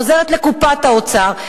חוזרת לקופת האוצר,